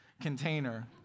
container